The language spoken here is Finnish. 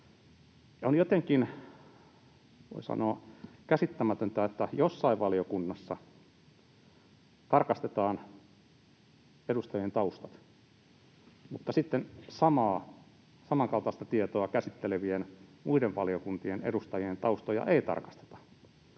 voi sanoa, käsittämätöntä, että jossain valiokunnassa tarkastetaan edustajien taustat mutta sitten samankaltaista tietoa käsittelevien muiden valiokuntien edustajien taustoja ei tarkasteta,